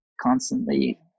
constantly